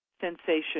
sensation